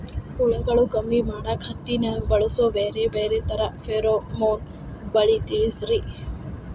ಹುಳುಗಳು ಕಮ್ಮಿ ಮಾಡಾಕ ಹತ್ತಿನ್ಯಾಗ ಬಳಸು ಬ್ಯಾರೆ ಬ್ಯಾರೆ ತರಾ ಫೆರೋಮೋನ್ ಬಲಿ ತಿಳಸ್ರಿ